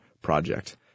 project